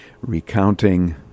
recounting